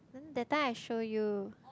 that time I show you